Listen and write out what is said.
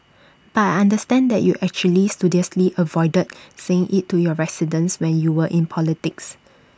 but I understand that you actually studiously avoided saying IT to your residents when you were in politics